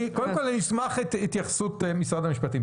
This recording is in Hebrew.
קודם כל, אני אשמח להתייחסות משרד המשפטים.